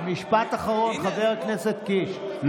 משפט אחרון, חבר הכנסת קיש.